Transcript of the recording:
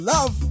Love